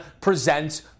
presents